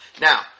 Now